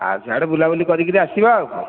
ଆଉ ସେଆଡ଼େ ବୁଲାବୁଲି କରିକରି ଆସିବା ଆଉ କ'ଣ